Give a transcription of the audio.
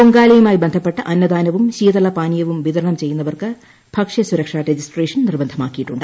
പൊങ്കാലയുമായി ബന്ധപ്പെട്ട് അന്നദാനവും ശീതള പാനീയവും വിതരണം ചെയ്യുന്നവർക്ക് ഭക്ഷ്യ സുരക്ഷ രജിസ്ട്രേഷൻ നിർബന്ധമാക്കിയിട്ടുണ്ട്